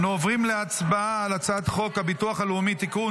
אנו עוברים להצבעה על הצעת חוק הביטוח הלאומי (תיקון,